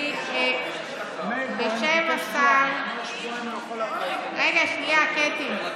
אני, בשם השר, רגע, שנייה, קטי.